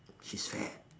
she's fat